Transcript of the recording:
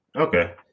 Okay